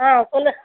ஆ சொல்லு